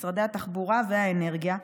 משרדי התחבורה והאנרגיה,